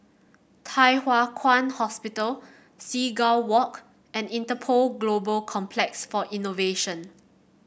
Thye Hua Kwan Hospital Seagull Walk and Interpol Global Complex for Innovation